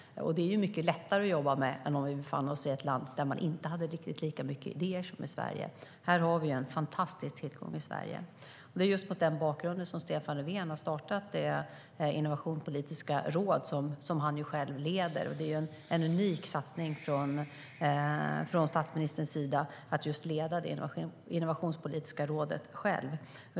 Det är mycket lättare att jobba när det är så än om vi hade befunnit oss i ett land där man inte har riktigt lika mycket idéer som i Sverige. Vi har en fantastisk tillgång i Sverige. Det är mot den bakgrunden som Stefan Löfven har startat det innovationspolitiska råd som han själv leder. Det är en unik satsning från statsministerns sida att leda det innovationspolitiska rådet själv.